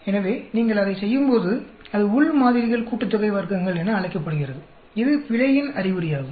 எனவே நீங்கள் அதைச் செய்யும்போது அது உள் மாதிரிகள் கூட்டுத்தொகை வர்க்கங்கள் என அழைக்கப்படுகிறது இது பிழையின் அறிகுறியாகும்